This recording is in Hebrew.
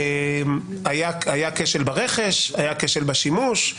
היה כשל ברכש, היה כשל בשימוש,